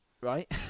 Right